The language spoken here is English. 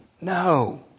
No